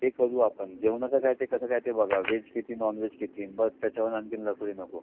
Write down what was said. ते करू आपण जेवणाचं काय ते कसं काय ते बघा वेज किती नॉन वेज कितीन् बट त्याच्यावरून आणखीन लफडी नको